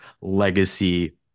legacy